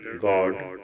God